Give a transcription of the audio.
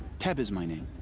teb is my name.